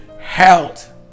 health